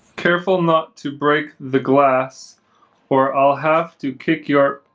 careful not to break the glass or i'll have to kick your.